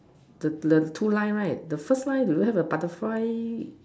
the the two line right the first line do you have a butterfly